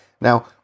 Now